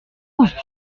oses